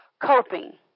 coping